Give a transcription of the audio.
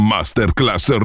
Masterclass